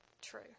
true